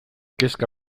kezka